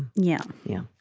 yeah. yeah